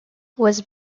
was